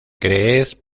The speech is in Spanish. creed